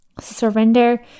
surrender